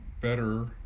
better